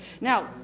Now